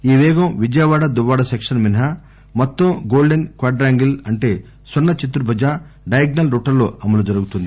ఈ పేగం విజయవాడ దువ్వాడ సెక్షన్ మినహా మొత్తం గోల్గొన్ క్వాడ్రిలేట్రల్ అంటే స్వర్ణ చతుర్చుజ డయాగ్పల్ రూట్లలో అమలు జరుగుతుంది